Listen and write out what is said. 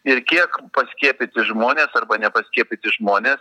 ir kiek paskiepyti žmonės arba nepaskiepyti žmonės